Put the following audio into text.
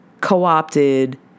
co-opted